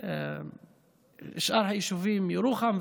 ושאר היישובים, ירוחם,